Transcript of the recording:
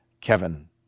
Kevin